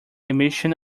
emission